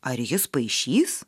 ar jis paišys